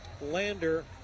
Lander